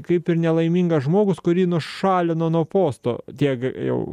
kaip ir nelaimingas žmogus kurį nušalino nuo posto tiek jau